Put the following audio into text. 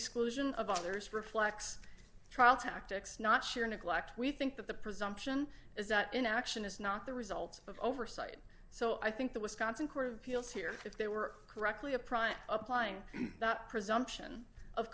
exclusion of others reflects trial tactics not sure neglect we think that the presumption is that inaction is not the result of oversight so i think the wisconsin court of appeals here if they were correctly a prime applying that presumption of